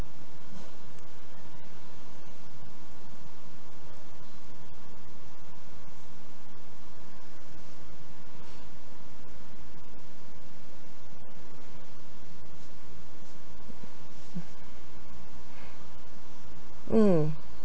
mm